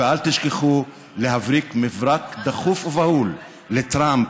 ואל תשכחו להבריק מברק דחוף ובהול לטראמפ,